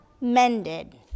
mended